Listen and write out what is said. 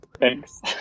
Thanks